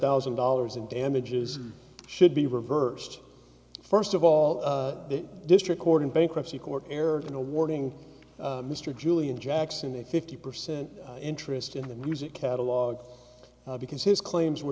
thousand dollars in damages should be reversed first of all the district court in bankruptcy court erred in awarding mr julian jackson a fifty percent interest in the music catalog because his claims were